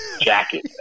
jacket